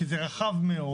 כי זה רחב מאוד.